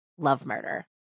lovemurder